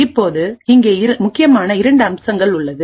இப்போது இங்கே முக்கியமான இரண்டு அம்சங்கள் உள்ளது